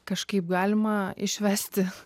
kažkaip galima išvesti